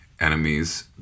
enemies